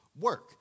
work